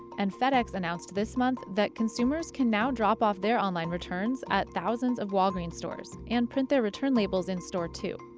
and fedex announced this month that consumers can now drop off their online returns at thousands of walgreens stores and print their return labels in store too.